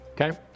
okay